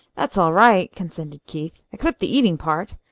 that's all right, consented keith, except the eating part.